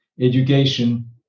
Education